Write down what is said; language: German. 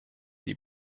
die